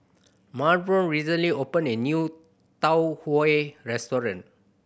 Melbourne recently opened a new Tau Huay restaurant